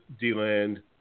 D-Land